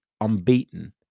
unbeaten